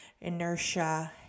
inertia